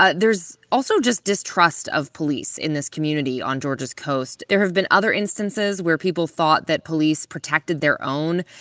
ah there's also just distrust of police in this community on georgia's coast. there have been other instances where people thought that police protected their own.